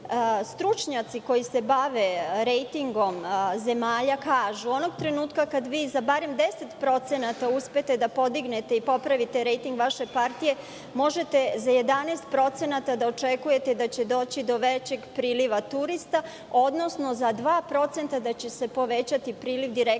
Stručnjaci koji se bave rejtingom zemalja kažu – onog trenutka kada vi za barem 10% uspete da podignete i popravite rejting vaše partije, možete za 11% da očekujete da će doći do većeg priliva turista, odnosno za 2% da će se povećati priliv direktnih